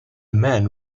man